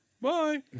Bye